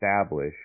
establish